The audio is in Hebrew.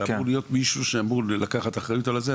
אמור להיות מישהו שאמור לקחת אחריות על זה,